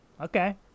okay